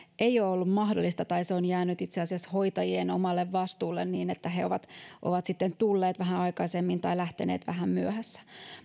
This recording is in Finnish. ei ole ollut mahdollista tai se on jäänyt itse asiassa hoitajien omalle vastuulle niin että he ovat ovat sitten tulleet vähän aikaisemmin tai lähteneet vähän myöhässä